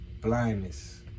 Blindness